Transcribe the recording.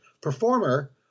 performer